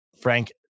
Frank